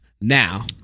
Now